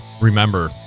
remember